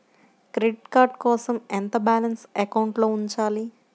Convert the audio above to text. Credit card కోసం ఎంత balance అకౌంట్లో ఉంచాలి?